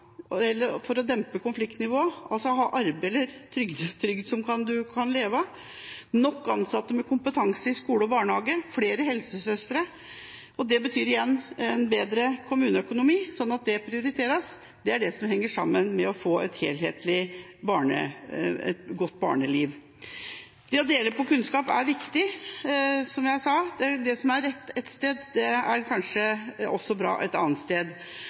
eller trygd som en kan leve av, nok ansatte med kompetanse i skole og barnehage, flere helsesøstre, som igjen betyr en bedre kommuneøkonomi, slik at det prioriteres. Det er dette som henger sammen med det å få et godt barneliv. Det å dele på kunnskap er viktig, som jeg sa, og det som er rett ett sted, er kanskje også bra et annet sted.